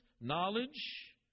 knowledge